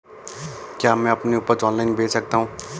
क्या मैं अपनी उपज ऑनलाइन बेच सकता हूँ?